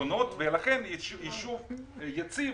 שנבעה ממשבר הקורונה באופן כזה שגם תושבי קצרין ועסקים